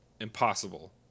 impossible